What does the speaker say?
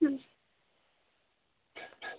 হুম